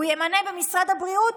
והוא ימנה במשרד הבריאות